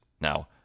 Now